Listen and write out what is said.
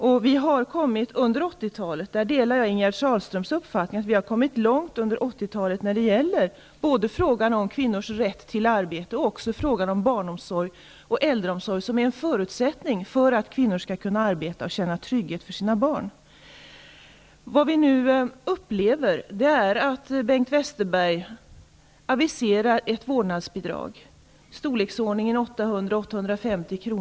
Under 80-talet -- på den punkten delar jag Ingegerd Sahlströms uppfattning -- har vi kommit långt både i fråga om kvinnors rätt till arbete och i fråga om barnomsorgen och äldreomsorgen, som ju är en förutsättning för att kvinnor skall kunna arbeta och känna trygghet för sina barn. Vad vi nu upplever är att Bengt Westerberg aviserar ett vårdnadsbidrag om i storleksordningen 800-- 850 kr.